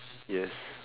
yes